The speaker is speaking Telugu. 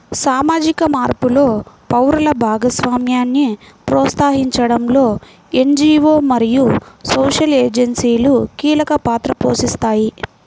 సామాజిక మార్పులో పౌరుల భాగస్వామ్యాన్ని ప్రోత్సహించడంలో ఎన్.జీ.వో మరియు సోషల్ ఏజెన్సీలు కీలక పాత్ర పోషిస్తాయి